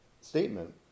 statement